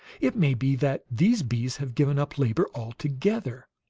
it may be that these bees have given up labor altogether!